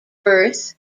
birth